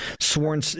sworn